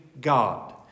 God